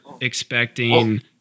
expecting